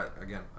Again